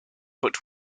but